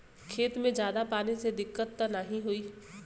खेत में ज्यादा पानी से दिक्कत त नाही होई?